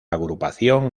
agrupación